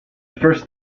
first